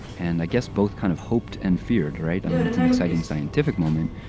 and i guess both kind of hoped and feared, right? i mean, it's an exciting scientific moment,